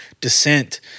descent